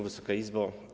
Wysoka Izbo!